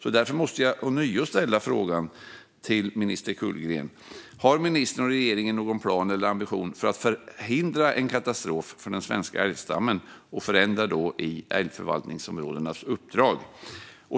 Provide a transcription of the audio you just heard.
Jag måste ånyo ställa min fråga till minister Kullgren: Har ministern och regeringen någon plan för eller ambition att förhindra en katastrof för den svenska älgstammen genom att göra en förändring i älgförvaltningsområdenas uppdrag?